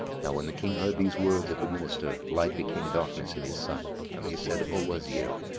now when the king heard these words of the minister, light became darkness in his sight and he said, o wazir,